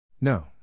No